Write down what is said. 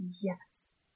yes